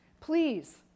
please